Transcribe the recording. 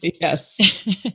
yes